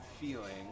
feeling